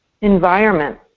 environment